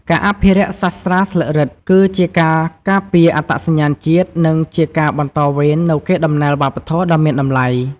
ការអភិរក្សសាស្រ្តាស្លឹករឹត គឺជាការការពារអត្តសញ្ញាណជាតិ និងជាការបន្តវេននូវកេរដំណែលវប្បធម៌ដ៏មានតម្លៃ។